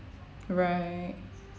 right